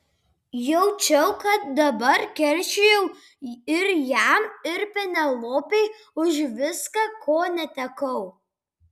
jaučiau kad dabar keršijau ir jam ir penelopei už viską ko netekau